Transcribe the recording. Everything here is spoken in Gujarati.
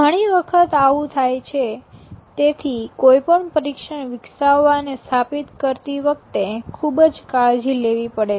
ઘણી વખત આવું થાય છે તેથી કોઈ પણ પરીક્ષણ વિકસાવવા અને સ્થાપિત કરતી વખતે ખૂબ જ કાળજી લેવી પડે છે